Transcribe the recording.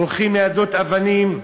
הולכים ליידות אבנים,